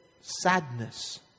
sadness